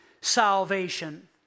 salvation